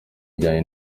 ijyanye